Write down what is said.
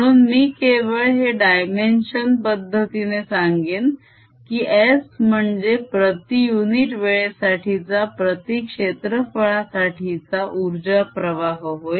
म्हणून मी केवळ हे डायमेन्शन पद्धतीने सांगेन की S म्हणजे प्रती युनिट वेळेसाठीचा प्रती क्षेत्रफळासाठीचा उर्जा प्रवाह होय